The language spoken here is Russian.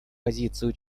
позицию